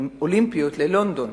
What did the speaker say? האולימפיות ללונדון